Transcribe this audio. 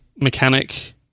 mechanic